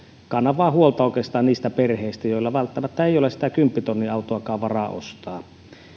vain huolta oikeastaan niistä perheistä joilla välttämättä ei ole sitä kymppitonnin autoakaan varaa ostaa